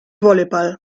volleyball